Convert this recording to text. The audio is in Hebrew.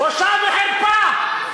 בושה וחרפה.